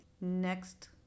next